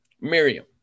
Miriam